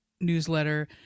newsletter